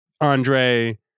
Andre